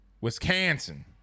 Wisconsin